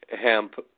hemp